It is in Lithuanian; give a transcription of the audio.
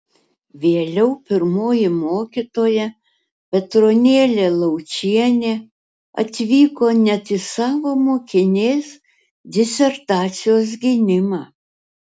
vėliau pirmoji mokytoja petronėlė laučienė atvyko net į savo mokinės disertacijos gynimą